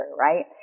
right